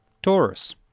Taurus